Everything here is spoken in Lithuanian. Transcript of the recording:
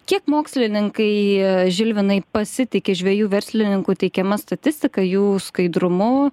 kiek mokslininkai žilvinai pasitiki žvejų verslininkų teikiama statistika jų skaidrumu